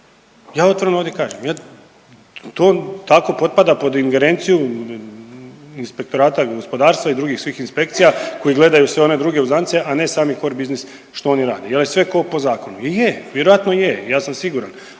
ja otvoreno ovdje kažem, ja to tako potpada pod ingerenciju inspektorata gospodarstva i drugih svih inspekcija koji gledaju sve one druge uzance, a ne sami core business što oni rade, jel je sve ko po zakonu i je, vjerojatno je, ja sam siguran,